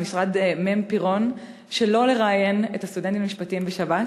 ומשרד מ' פירון שלא לראיין את הסטודנטים למשפטים בשבת,